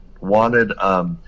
wanted